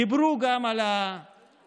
דיברו גם על האחדות